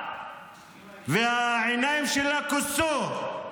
והעיניים שלה כוסו.